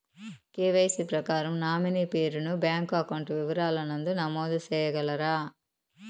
KYC ప్రకారం nominee పేరు ను బ్యాంకు అకౌంట్ వివరాల నందు నమోదు సేయగలరా?